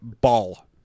ball